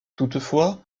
toutefois